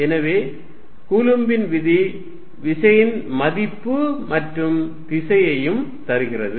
எனவே கூலும்பின் விதி விசையின் மதிப்பு மற்றும் திசையையும் தருகிறது